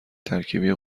ترکیبی